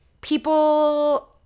people